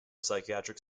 psychiatric